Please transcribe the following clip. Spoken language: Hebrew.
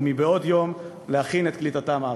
ומבעוד יום להכין את קליטתם בארץ.